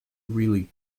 really